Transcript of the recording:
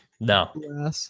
No